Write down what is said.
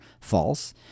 false